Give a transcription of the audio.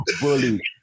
Bully